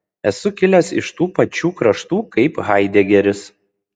esu kilęs iš tų pačių kraštų kaip haidegeris